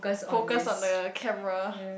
focus on the camera